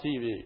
TV